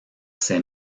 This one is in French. ces